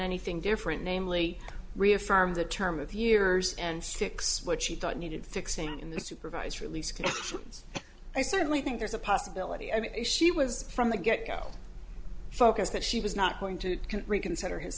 anything different namely reaffirm the term of years and six what she thought needed fixing in the supervised release connections i certainly think there's a possibility i mean she was from the get go focus that she was not going to reconsider his